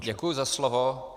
Děkuji za slovo.